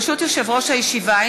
ברשות יושב-ראש הישיבה,